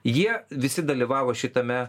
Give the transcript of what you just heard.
jie visi dalyvavo šitame